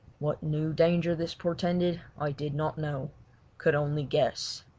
what new danger this portended i did not know could only guess.